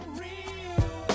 real